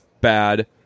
bad